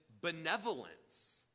benevolence